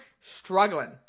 struggling